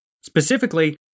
Specifically